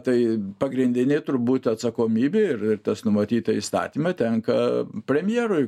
tai pagrindinė turbūt atsakomybė ir ir tas numatyta įstatyme tenka premjerui